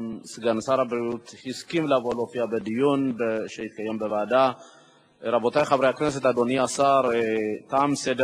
משרד הבריאות הקים ועדה לדון בסוג